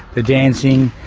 the dancing,